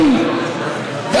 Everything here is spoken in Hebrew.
תודה,